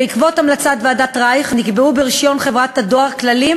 בעקבות המלצת ועדת רייך נקבעו ברישיון חברת הדואר כללים